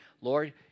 Lord